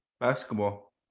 basketball